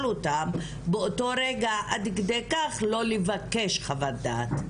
אותן באותו רק עד כדי כך שלא יבקשו חוות דעת.